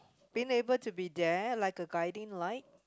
being able to be there like a guiding light